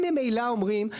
אם ממילא אומרים,